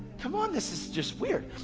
come on, this is just weird.